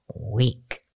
week